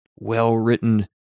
well-written